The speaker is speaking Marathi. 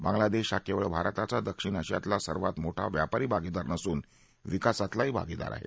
बांगलादेश हा केवळ भारताचा दक्षिण आशियातला सर्वात मोठा व्यापारी भागीदार नसून विकासातलाही भागीदार आहे